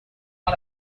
lot